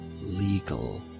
legal